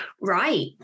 Right